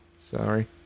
Sorry